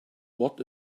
what